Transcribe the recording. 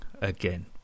again